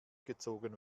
gezogen